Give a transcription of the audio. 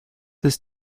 this